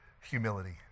humility